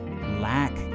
lack